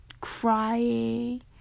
crying